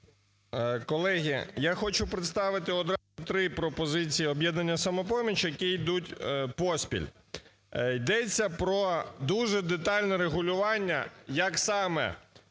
Колеги, я хочу представити одразу три пропозиції "Об'єднання "Самопоміч", які йдуть поспіль. Йдеться про дуже детальне регулювання, як саме